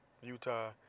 Utah